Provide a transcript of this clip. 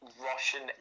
Russian